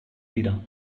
wieder